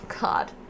God